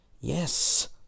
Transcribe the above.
Yes